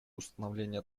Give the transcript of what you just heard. установления